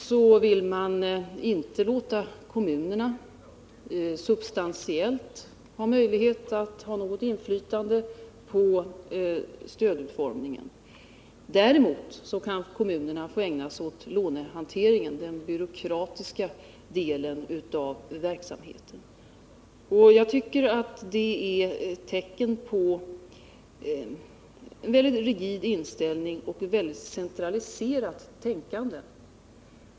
Man vill heller inte låta kommunerna substantiellt ha något inflytande på stödutformningen, men kommunerna kan däremot få ägna sig åt lånehanteringen, den byråkratiska delen av verksamheten. Jag tycker att detta är ett tecken på en väldigt rigid inställning och ett mycket centraliserat tänkande.